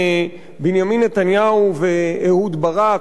בנימין נתניהו ואהוד ברק,